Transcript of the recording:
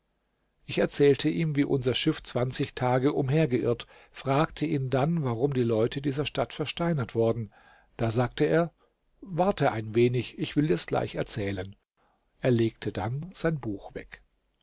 ich erzählte ihm wie unser schiff zwanzig tage umher geirrt fragte ihn dann warum die leute dieser stadt versteinert worden da sagte er warte ein wenig ich will dir's gleich erzählen er legte dann sein buch weg